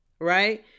right